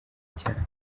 cane